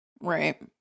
Right